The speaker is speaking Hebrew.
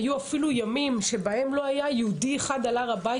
היו אפילו ימים בהם לא היה יהודי אחד על הר הבית